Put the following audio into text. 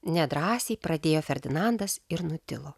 nedrąsiai pradėjo ferdinandas ir nutilo